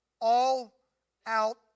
all-out